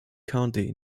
county